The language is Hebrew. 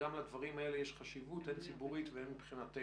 לדברים האלה יש חשיבות הן ציבורית והן מבחינתנו,